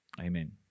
Amen